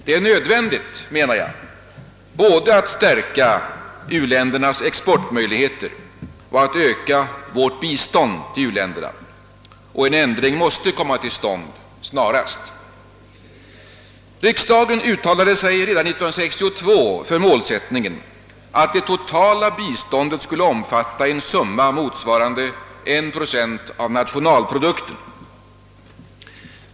Det är nödvändigt, menar jag, både att stärka u-ländernas exportmöjligheter och att öka vårt bistånd till u-länderna, och en ändring i sådan riktning måste komma till stånd snarast möjligt. Riksdagen uttalade sig redan 1962 för målsättningen, att det totala biståndet skall omfatta ett belopp motsvarande en procent av bruttonationalprodukten.